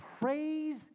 Praise